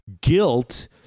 guilt